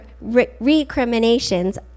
recriminations